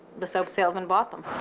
the soap salesman bought them.